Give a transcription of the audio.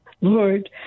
Lord